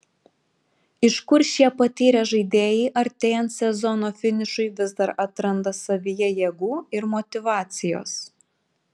iš kur šie patyrę žaidėjai artėjant sezono finišui vis dar atranda savyje jėgų ir motyvacijos